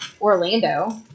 Orlando